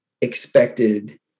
expected